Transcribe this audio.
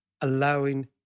allowing